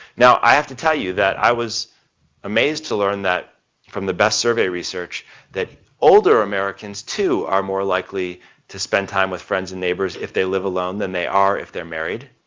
now i have to tell you that i was amazed to learn that from the best survey research that older americans, too, are more likely to spend time with friends and neighbors if they live alone than they are if they're married.